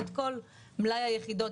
שלנו בתוך ישראל על עליית המחירים,